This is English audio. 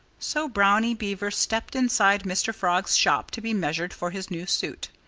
so brownie beaver stepped inside mr. frog's shop to be measured for his new suit.